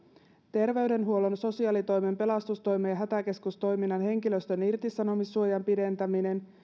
terveydenhuollon sosiaalitoimen pelastustoimen ja hätäkeskustoiminnan henkilöstön irtisanomissuojan pidentäminen